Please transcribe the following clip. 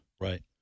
Right